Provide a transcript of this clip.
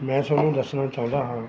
ਮੈਂ ਤੁਹਾਨੂੰ ਦੱਸਣਾ ਚਾਹੁੰਦਾ ਹਾਂ